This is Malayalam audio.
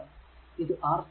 ഇത് R2